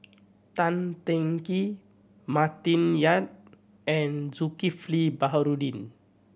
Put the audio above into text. Tan Teng Kee Martin Yan and Zulkifli Baharudin